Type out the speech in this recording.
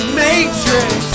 matrix